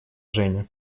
женя